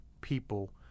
people